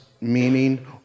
meaning